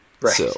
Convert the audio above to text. Right